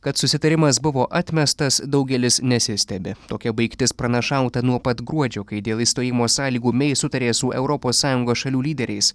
kad susitarimas buvo atmestas daugelis nesistebi tokia baigtis pranašauta nuo pat gruodžio kai dėl išstojimo sąlygų mei sutarė su europos sąjungos šalių lyderiais